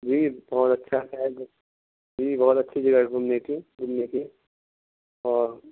جی بہت اچھا شہر ہے جی بہت اچھی جگہ ہے گھومنے کی گھومنے کی اور